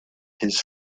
his